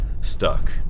stuck